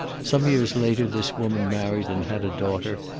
some years later this woman married and had a daughter,